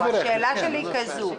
השאלה שלי היא כזו.